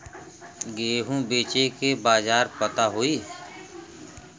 गेहूँ बेचे के बाजार पता होई?